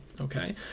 okay